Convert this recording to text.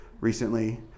recently